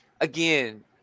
again